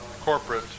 corporate